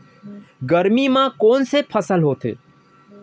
गरमी मा कोन से फसल होथे?